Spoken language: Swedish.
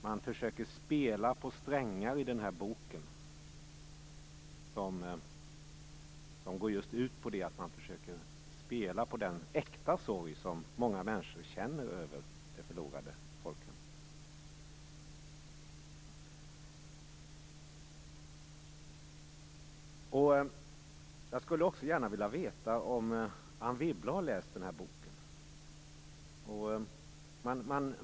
Man försöker spela på strängar i den här boken som just går ut på att man försöker spela på den äkta sorg som många människor känner över det förlorade folkhemmet. Jag skulle gärna vilja veta om Anne Wibble har läst den här boken.